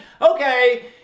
okay